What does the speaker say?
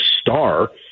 star